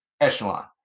Echelon